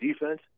defense